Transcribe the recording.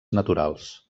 naturals